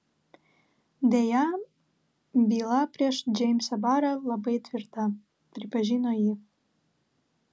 deja byla prieš džeimsą barą labai tvirta pripažino ji